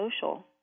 social